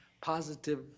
positive